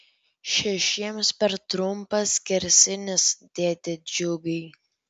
šešiems per trumpas skersinis dėde džiugai